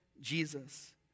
Jesus